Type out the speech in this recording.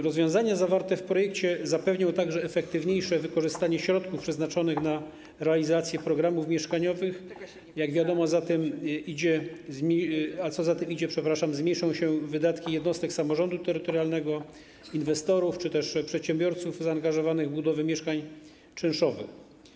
Rozwiązania zawarte w projekcie zapewnią także efektywniejsze wykorzystanie środków przeznaczonych na realizację programów mieszkaniowych, jak wiadomo, a co za tym idzie, zmniejszą się wydatki jednostek samorządu terytorialnego, inwestorów czy też przedsiębiorców zaangażowanych w budowę mieszkań czynszowych.